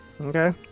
Okay